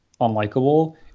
unlikable